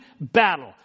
battle